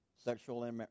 Sexual